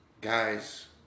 guys